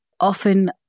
often